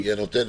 היא הנותנת.